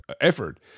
effort